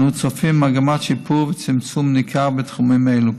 ואנו צופים מגמת שיפור וצמצום ניכר בתחומים אלו.